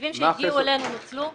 התקציבים שהגיעו אלינו נוצלו.